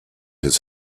his